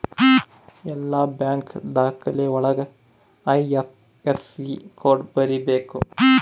ಎಲ್ಲ ಬ್ಯಾಂಕ್ ದಾಖಲೆ ಒಳಗ ಐ.ಐಫ್.ಎಸ್.ಸಿ ಕೋಡ್ ಬರೀಬೇಕು